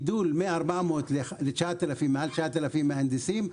המטרה הייתה גידול מ-400 ליותר מ-9,000 מהנדסים.